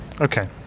okay